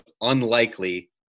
unlikely